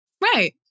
Right